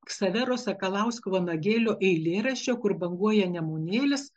ksavero sakalausko vanagėlio eilėraščio kur banguoja nemunėlis